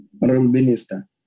Minister